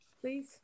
please